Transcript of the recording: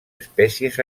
espècies